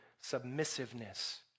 submissiveness